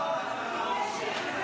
הוראת שעה,